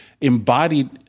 embodied